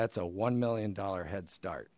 that's a one million dollars head start